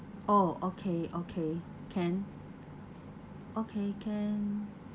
oh okay okay can okay can